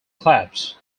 clubs